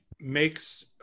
makes